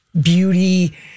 beauty